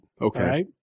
Okay